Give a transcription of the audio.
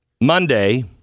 Monday